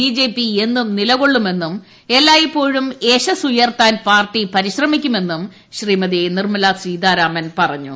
B J P എന്നും നിലകൊള്ളുമെന്നും എല്ലായ്പ്പോഴും യശസ്സ് ഉയർത്താൻ പാർട്ടി പരിശ്രമിക്കുമെന്നും ശ്രീമതി നിർമ്മലാ സീതാരാമൻ പറഞ്ഞു